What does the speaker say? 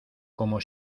como